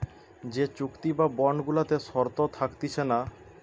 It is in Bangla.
যে চুক্তি বা বন্ড গুলাতে শর্ত থাকতিছে না